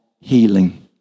healing